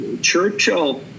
churchill